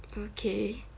okay